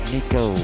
Nico